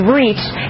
reached